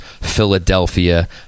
Philadelphia